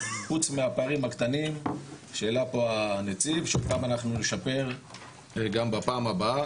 חוץ מהפערים הקטנים שהעלה פה הנציב שאותם אנחנו נשפר גם בפעם הבאה,